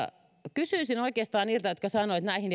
kysyisin oikeastaan niiltä jotka sanovat että näihin